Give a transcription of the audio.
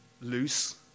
loose